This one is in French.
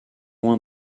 loin